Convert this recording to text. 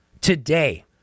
today